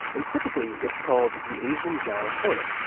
and typically, it's called the asian giant hornet.